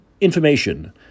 information